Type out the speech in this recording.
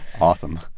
Awesome